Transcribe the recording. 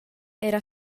era